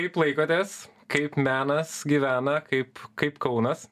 kaip laikotės kaip menas gyvena kaip kaip kaunas